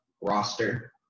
roster